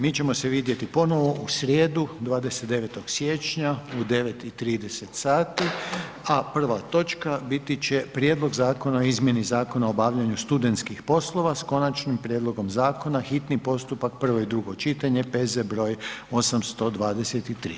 Mi ćemo se vidjeti ponovno u srijedu, 29. siječnja u 9 i 30 sati a prva točka biti će Prijedlog zakona o izmjeni Zakona o obavljanju studentskih poslova sa konačnim prijedlogom zakona, hitni postupak, prvo i drugo čitanje, P.Z. br. 823.